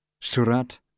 Surat